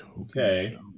Okay